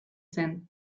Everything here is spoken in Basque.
zen